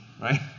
right